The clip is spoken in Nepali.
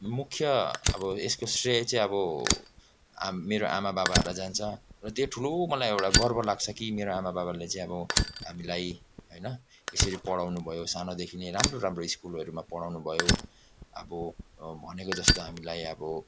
मुख्य अब यसको श्रेय चाहिँ अब मेरो आमा बाबाहरूलाई जान्छ यो त्यो ठुलो मेरो एउटा गर्व लाग्छ कि मेरो आमा बाबाले चाहिँ अब हामीलाई होइन यसरी पढाउनुभयो सानोदेखि नै राम्रो राम्रो स्कुलहरूमा पढाउनुभयो अब भनेको जस्तो हामीलाई अब